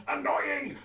Annoying